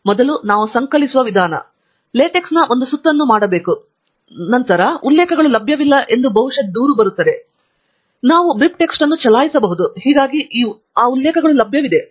ಮತ್ತು ಮೊದಲು ನಾವು ಸಂಕಲಿಸುವ ವಿಧಾನ ನಾವು ಲಾಟೆಕ್ಸ್ನ ಒಂದು ಸುತ್ತನ್ನು ಮಾಡಬೇಕು ಮತ್ತು ನಂತರ ಉಲ್ಲೇಖಗಳು ಲಭ್ಯವಿಲ್ಲ ಎಂದು ಬಹುಶಃ ದೂರು ನೀಡುತ್ತಾರೆ ತದನಂತರ ನಾವು ಬೈಬ್ಟೆಕ್ ಅನ್ನು ಚಲಾಯಿಸಬಹುದು ಹೀಗಾಗಿ ಆ ಉಲ್ಲೇಖಗಳು ಲಭ್ಯವಿವೆ